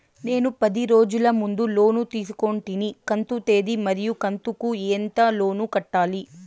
నేను పది రోజుల ముందు లోను తీసుకొంటిని కంతు తేది మరియు కంతు కు ఎంత లోను కట్టాలి?